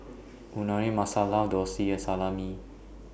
Unagi Masala Dosa and Salami